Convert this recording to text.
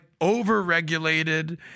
over-regulated